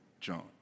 John